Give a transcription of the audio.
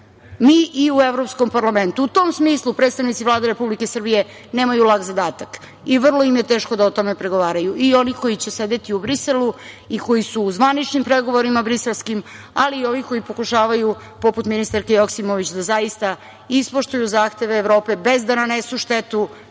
Mi i u Evropskom parlamentu. U tom smislu predstavnici Vlade Republike Srbije nemaju lak zadatak i vrlo im je teško da o tome pregovaraju i oni koji će sedeti u Briselu i koji su u zvaničnim pregovorima briselskim, ali i ovi koji pokušavaju poput ministarke Joksimović da zaista ispoštuju zahteve Evrope bez da nanose štetu